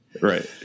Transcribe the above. Right